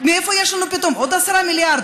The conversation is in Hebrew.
מאיפה יש לנו פתאום עוד 10 מיליארד,